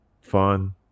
fun